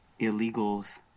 illegals